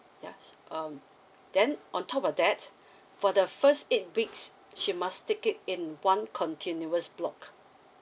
ya um then on top of that for the first eight weeks she must take it in one continuous block